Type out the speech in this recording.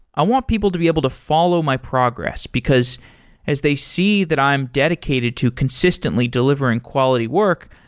i want people to be able to follow my progress, because as they see that i'm dedicated to consistently delivering quality work,